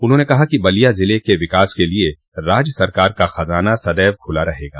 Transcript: उन्होंने कहा कि बलिया जिले के विकास के लिए राज्य सरकार का ख़ज़ाना सदैव ख़ुला रहेगा